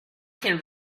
can